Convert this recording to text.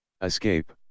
Escape